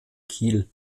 kiel